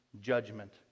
judgment